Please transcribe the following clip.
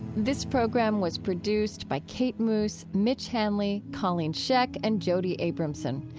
this program was produced by kate moos, mitch hanley, colleen scheck and jody abramson.